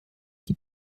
die